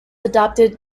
adopted